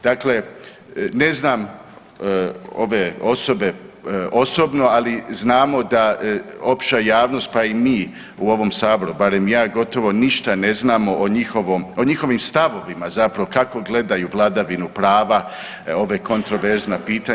Dakle, ne znam ove osobe osobno, ali znamo da opća javnost, pa i mi u ovom saboru, barem ja, gotovo ništa ne znamo o njihovim stavovima zapravo kako gledaju vladavinu prava, ovo je kontroverzno pitanje.